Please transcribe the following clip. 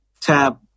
Tab